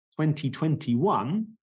2021